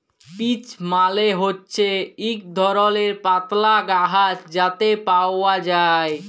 peach মালে হছে ইক ধরলের পাতলা গাহাচ থ্যাকে পাউয়া যায়